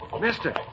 Mister